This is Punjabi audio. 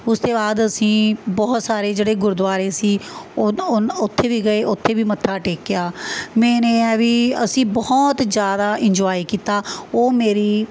ਉਸ ਤੋਂ ਬਾਅਦ ਅਸੀਂ ਬਹੁਤ ਸਾਰੇ ਜਿਹੜੇ ਗੁਰਦੁਆਰੇ ਸੀ ਉਹ ਉਹ ਨ ਉੱਥੇ ਵੀ ਗਏ ਉੱਥੇ ਵੀ ਮੱਥਾ ਟੇਕਿਆ ਮੇਨ ਇਹ ਹੈ ਵੀ ਅਸੀਂ ਬਹੁਤ ਜ਼ਿਆਦਾ ਇੰਨਜੋਏ ਕੀਤਾ ਉਹ ਮੇਰੀ